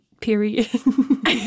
Period